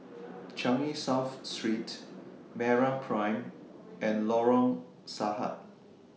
Changi South Street Meraprime and Lorong Sahad